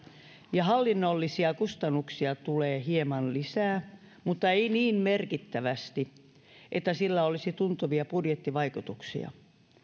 ja hallinnollisia kustannuksia tulee hieman lisää mutta ei niin merkittävästi että sillä olisi tuntuvia budjettivaikutuksia